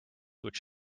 which